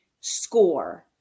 score